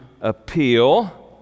appeal